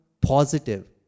positive